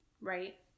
right